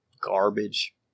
garbage